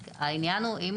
אשפוזית,